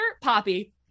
Poppy